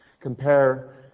compare